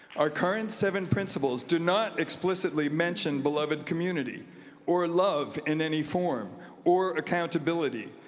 our current seven principles do not explicitly mention beloved community or love in any form or accountability.